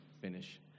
finish